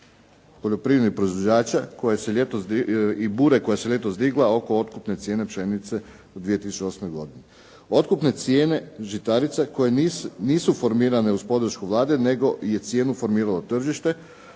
poljoprivrednih proizvođača i bure koje se ljetos digla oko otkupne cijene pšenice u 2008. godini. Otkupne cijene žitarica koje nisu formirane uz podršku Vlade, nego je cijenu formiralo tržište,